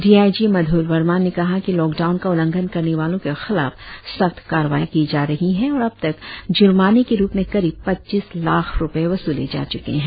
D I G मध्र वर्मा ने कहा कि लॉकडाउन का उलंघन करने वालों के खिलाफ सख्त कार्रवाई की जा रही है और अब तक ज्र्माने के रुप में करीब पच्चीस लाख रुपए वसूले जा च्के हैं